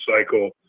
cycle